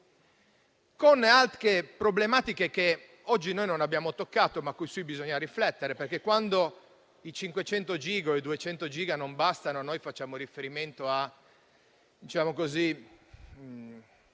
con altre problematiche che oggi noi non abbiamo toccato, ma su cui bisogna riflettere. Quando, infatti, i 500 giga non bastano, noi facciamo riferimento a